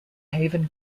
haven